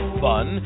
fun